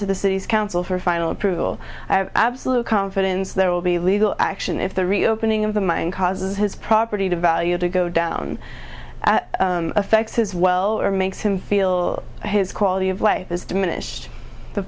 to the city's council for final approval absolute confidence there will be legal action if the reopening of the mine causes his property value to go down affects his well or makes him feel his quality of life is diminished the